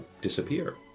disappear